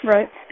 Right